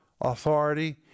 authority